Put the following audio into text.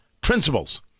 Principles